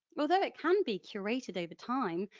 although it can be curated over time,